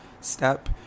step